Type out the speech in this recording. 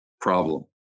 problem